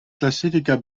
classifica